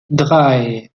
drei